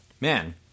man